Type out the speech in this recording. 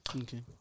Okay